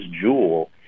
jewel